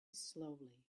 slowly